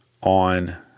on